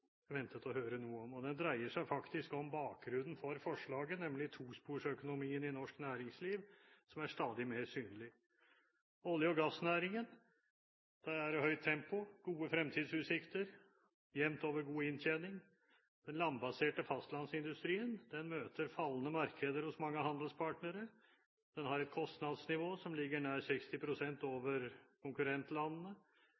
jeg også forventet å høre noe om. Den dreier seg faktisk om bakgrunnen for forslaget, nemlig tosporsøkonomien i norsk næringsliv, som er stadig mer synlig. I olje- og gassnæringen er det høyt tempo, gode fremtidsutsikter og jevnt over god inntjening. Den landbaserte fastlandsindustrien møter fallende markeder hos mange handelspartnere, den har et kostnadsnivå som ligger nær